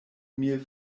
mil